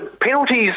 penalties